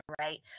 Right